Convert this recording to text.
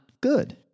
good